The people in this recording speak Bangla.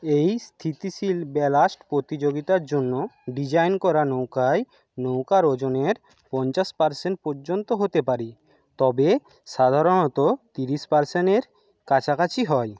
এই স্থিতিশীল ব্যালাস্ট প্রতিযোগিতার জন্য ডিজাইন করা নৌকায় নৌকার ওজনের পঞ্চাশ পারসেন্ট পর্যন্ত হতে পারি তবে সাধারণত তিরিশ পারসেন্টের কাছাকাছি হয়